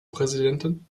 präsidentin